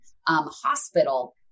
hospital